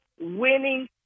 winning